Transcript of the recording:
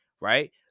right